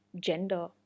gender